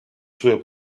sue